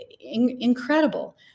incredible